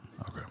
Okay